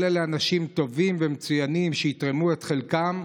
כל אלה אנשים טובים ומצוינים, שיתרמו את חלקם.